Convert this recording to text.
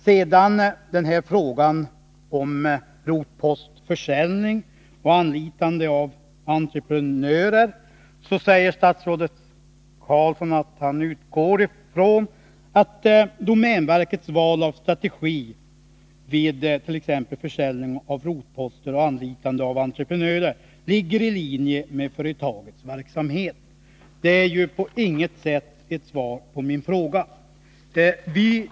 Beträffande min fråga om rotpostförsäljningen och anlitande av entreprenörer säger statsrådet Roine Carlsson att han utgår från att domänverkets val av strategi vid t.ex. försäljning av rotposter och anlitande av entreprenörer ligger i linje med företagets verksamhet. Det är på inget sätt ett svar på min fråga.